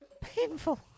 Painful